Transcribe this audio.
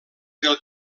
del